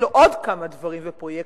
יש לו עוד כמה דברים ופרויקטים,